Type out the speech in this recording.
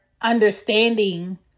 understanding